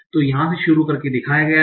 तो यहाँ से शुरू करके दिखाया गया है